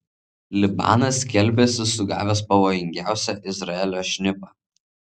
libanas skelbiasi sugavęs pavojingiausią izraelio šnipą